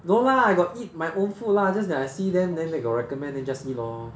no lah I got eat my own food lah just that I see them then they got recommended then just eat lor